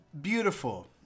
beautiful